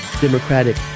democratic